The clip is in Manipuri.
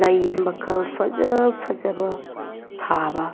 ꯂꯩ ꯃꯈꯜ ꯐꯖ ꯐꯖꯕ ꯊꯥꯕ